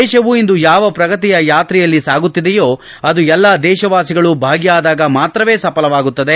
ದೇಶವು ಇಂದು ಯಾವ ಪ್ರಗತಿಯ ಯಾತ್ರೆಯಲ್ಲಿ ಸಾಗುತ್ತಿದೆಯೋ ಅದು ಎಲ್ಲ ದೇಶವಾಸಿಗಳು ಭಾಗಿಯಾದಾಗ ಮಾತ್ರವೇ ಸಫಲವಾಗುತ್ತದೆ